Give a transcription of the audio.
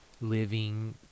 living